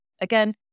again